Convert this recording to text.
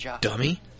Dummy